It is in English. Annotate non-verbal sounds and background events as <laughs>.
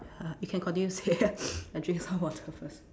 uh you can continue to say <laughs> <noise> I drink some water first